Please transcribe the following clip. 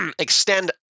Extend